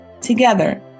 Together